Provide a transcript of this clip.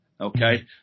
okay